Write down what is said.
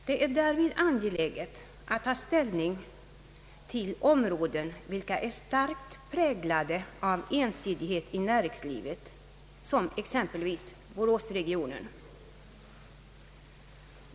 Det är därvid angeläget att ta ställning till områden vilka är starkt präglade av ensidighet i näringslivet, som exempelvis Boråsregionen.